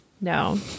No